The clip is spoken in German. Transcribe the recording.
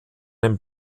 den